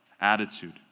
attitude